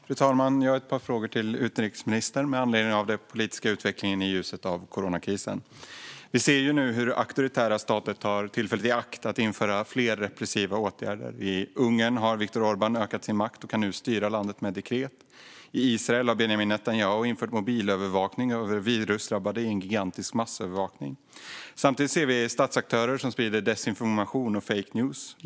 Fru talman! Jag har ett par frågor till utrikesministern med anledning av den politiska utvecklingen i ljuset av coronakrisen. Vi ser nu hur auktoritära stater tar tillfället i akt att införa fler repressiva åtgärder. I Ungern har Viktor Orbán ökat sin makt och kan nu styra landet med dekret. I Israel har Benjamin Netanyahu infört mobilövervakning av virusdrabbade i en gigantisk massövervakning. Samtidigt ser vi statsaktörer som sprider desinformation och fake news.